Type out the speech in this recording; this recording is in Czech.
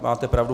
Máte pravdu.